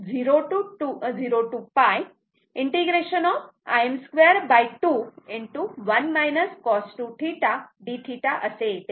तेव्हा i2 Im2sin2dθ 1 π 0 to π ⌠Im2 2 1 cos 2θ dθ असे येते